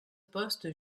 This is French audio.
poste